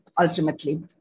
ultimately